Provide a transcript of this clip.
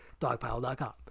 Dogpile.com